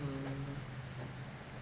mm